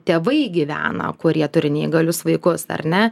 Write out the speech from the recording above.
tėvai gyvena kurie turi neįgalius vaikus ar ne